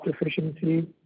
efficiency